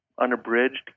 unabridged